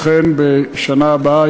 אכן בשנה הבאה,